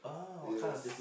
yes